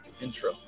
intro